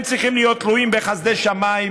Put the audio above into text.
הם צריכים להיות תלויים בחסדי שמיים